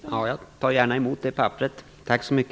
Fru talman! Jag tar gärna emot det. Tack!